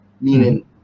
Meaning